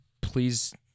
Please